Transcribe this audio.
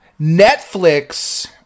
Netflix